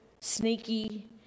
sneaky